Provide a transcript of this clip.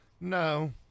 No